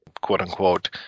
quote-unquote